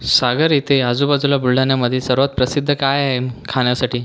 सागर येथे आजूबाजूला बुलढाण्यामध्ये सर्वात प्रसिद्ध काय आहे खाण्यासाठी